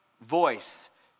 voice